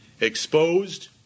Exposed